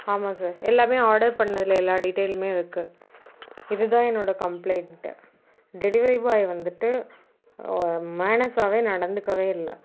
ஆமாம் சார் எல்லாமே ஆர்டர் பண்ணதில் எல்லா டீடைலுமே இருக்குது இதுதான் என்னோடய கம்ப்ளைண்ட் டெலிவரி பாய் வந்துட்டு மேனர்சாகவே நடந்துக்கவே இல்லை